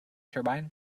turbine